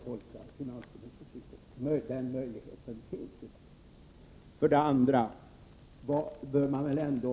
Det är så jag har tolkat finansministerns yttrande.